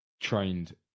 trained